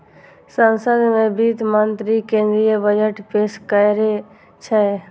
संसद मे वित्त मंत्री केंद्रीय बजट पेश करै छै